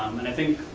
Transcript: and i think,